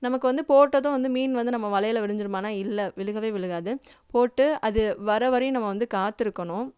நமக்கு வந்து போட்டதும் வந்து மீன் வந்து நம்ம வலையில் விழுந்துருமானா இல்லை விழுகவே விழுகாது போட்டு அது வரம்வரையும் நம்ம வந்து காத்திருக்கணும்